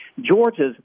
Georgia's